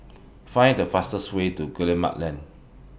Find The fastest Way to Guillemard Lane